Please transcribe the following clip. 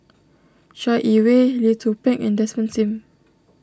Chai Yee Wei Lee Tzu Pheng and Desmond Sim